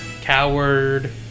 coward